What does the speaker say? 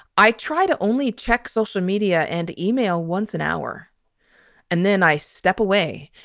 i try to only check social media and email once an hour and then i step away.